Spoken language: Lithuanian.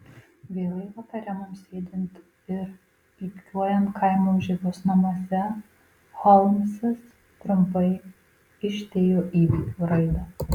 vėlai vakare mums sėdint ir pypkiuojant kaimo užeigos namuose holmsas trumpai išdėjo įvykių raidą